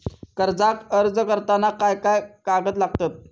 कर्जाक अर्ज करताना काय काय कागद लागतत?